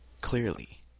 Clearly